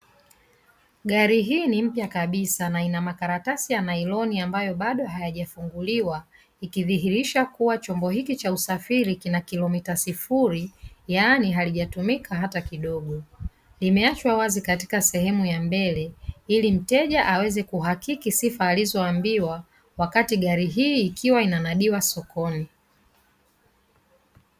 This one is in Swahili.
Gari hii ni mpya kabisa na ina makaratasi ya nailoni ambayo bado hayajafunguliwa, ikidhihirisha kuwa chombo hiki cha usafiri kina kilomita sifuri, yaani halijatumika hata kidogo, limeachwa wazi katika sehemu ya mbele ili mteja aweze kuhakiki sifa alizoambiwa wakati gari hii ikiwa inanadiwa sokoni.